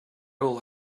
will